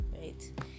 right